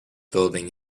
building